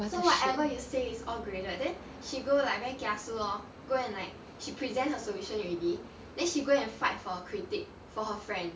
so whatever you say is all graded then she go like very kiasu lor go and like she present her solution already then she go and fight for her critique for her friend